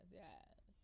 yes